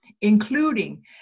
including